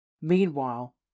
Meanwhile